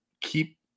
keep